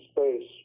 Space